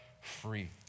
free